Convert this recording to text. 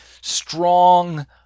strong